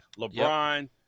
LeBron